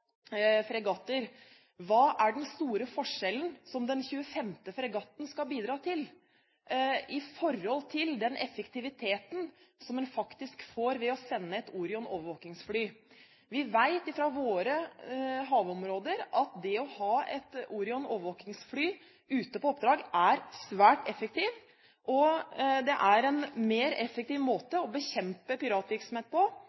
fregatter, hva er den store forskjellen den 25. fregatten skal bidra med i forhold til den effektiviteten som en faktisk får ved å sende et Orion overvåkningsfly? Vi vet fra våre havområder at det å ha et Orion overvåkningsfly ute på oppdrag er svært effektivt. Det er en mer effektiv måte å bekjempe piratvirksomhet på